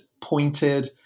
pointed